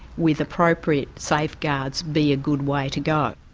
with appropriate safeguards, be a good way to go.